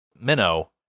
minnow